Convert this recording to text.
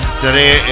today